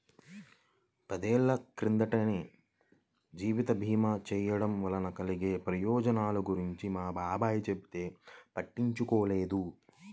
పదేళ్ళ క్రితమే జీవిత భీమా చేయడం వలన కలిగే ప్రయోజనాల గురించి మా బాబాయ్ చెబితే పట్టించుకోలేదు